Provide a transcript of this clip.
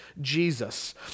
Jesus